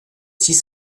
six